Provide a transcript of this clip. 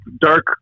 Dark